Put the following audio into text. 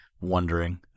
wondering